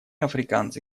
африканцы